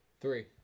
Three